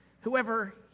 whoever